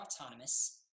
autonomous